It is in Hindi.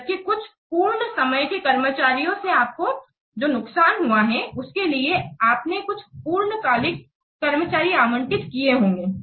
जबकि कुछ पूर्ण समय के कर्मचारियों से आपको जो नुकसान हुआ हैं उसके लिए आपने कुछ पूर्णकालिक कर्मचारी आवंटित किए होंगे